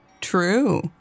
True